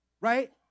right